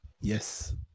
yes